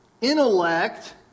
intellect